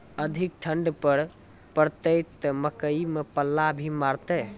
अधिक ठंड पर पड़तैत मकई मां पल्ला भी गिरते?